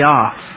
off